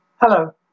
Hello